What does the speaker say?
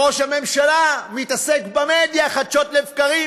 ראש הממשלה מתעסק במדיה חדשות לבקרים,